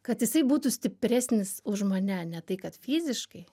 kad jisai būtų stipresnis už mane ne tai kad fiziškai